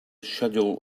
schedule